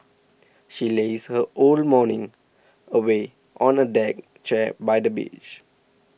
she lazed her whole morning away on a deck chair by the beach